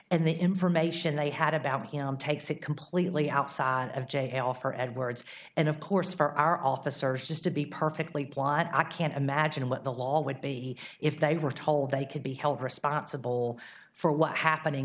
and the information they had about him takes it completely outside of jail for edwards and of course for our officers just to be perfectly plot i can't imagine what the law would be if they were told they could be held responsible for what happening